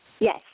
Yes